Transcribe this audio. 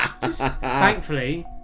Thankfully